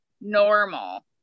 normal